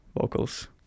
vocals